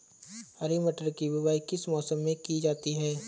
हरी मटर की बुवाई किस मौसम में की जाती है?